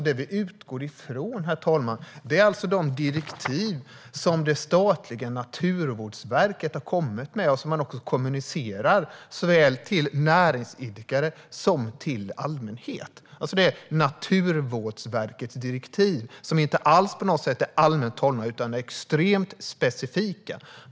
Det vi utgår från är de direktiv som det statliga Naturvårdsverket har utfärdat och kommunicerat såväl till näringsidkare som till allmänhet. Det är Naturvårdsverkets direktiv, som inte alls på något sätt är allmänt hållna utan är extremt specifika.